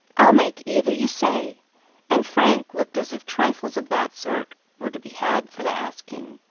i'll make either you say and frank looked as if trifles of that sort were to be had for the asking.